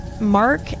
Mark